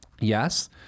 yes